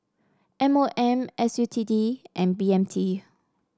M O M S U T D and B M T